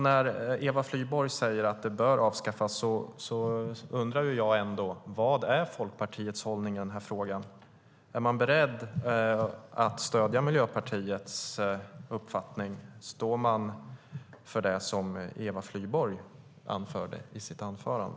När Eva Flyborg säger att det bör avskaffas undrar jag ändå: Vad är Folkpartiets hållning i denna fråga? Är man beredd att stödja Miljöpartiets uppfattning? Står man för det som Eva Flyborg tog upp i sitt anförande?